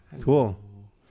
Cool